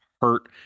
hurt